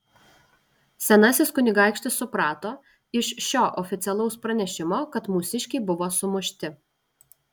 senasis kunigaikštis suprato iš šio oficialaus pranešimo kad mūsiškiai buvo sumušti